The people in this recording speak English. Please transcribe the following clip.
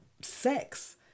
sex